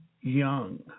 young